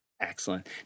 Excellent